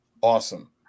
awesome